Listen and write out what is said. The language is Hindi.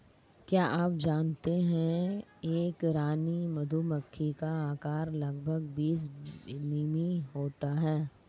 क्या आप जानते है एक रानी मधुमक्खी का आकार लगभग बीस मिमी होता है?